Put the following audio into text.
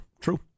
true